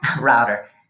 router